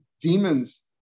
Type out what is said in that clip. demons